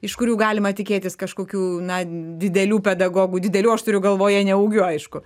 iš kurių galima tikėtis kažkokių na didelių pedagogų didelių aš turiu galvoje ne ūgiu aišku